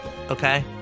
Okay